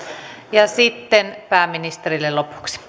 ja sitten pääministerille lopuksi